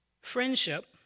Friendship